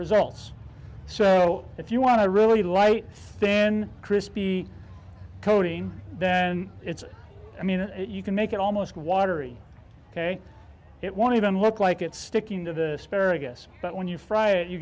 results so if you want to really light thin crispy coating then it's i mean you can make it almost watery ok it won't even look like it's sticking to the asparagus but when you